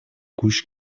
گوش